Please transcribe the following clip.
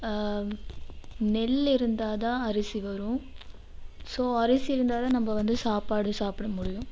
நெல் இருந்தா தான் அரிசி வரும் ஸோ அரிசி இருந்தா தான் நம்ம வந்து சாப்பாடு சாப்பிட முடியும்